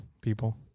people